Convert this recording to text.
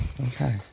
Okay